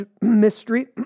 mystery